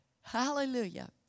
hallelujah